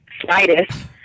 slightest